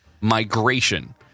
Migration